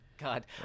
God